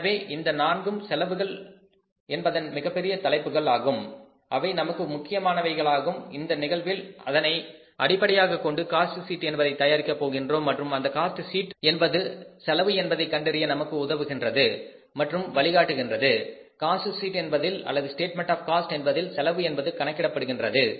எனவே இந்த 4ம் செலவுகள் என்பதன் மிகப்பெரிய தலைப்புகள் ஆகும் அவை நமக்கு முக்கியமானவைகளாகும் இந்த நிகழ்வில் அதனை அடிப்படையாகக் கொண்டு காஸ்ட் ஷீட் என்பதை தயாரிக்க போகின்றோம் மற்றும் அந்த காஸ்ட் ஷீட் என்பது செலவு என்பதை கண்டறிய நமக்கு உதவுகின்றது அல்லது வழிகாட்டுகின்றது காஸ்ட் ஷீட் என்பதில் அல்லது ஸ்டேட்மெண்ட் ஆஃ காஸ்ட் என்பதில் செலவு என்பது கணக்கிடப்படுகின்றன